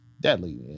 deadly